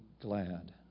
glad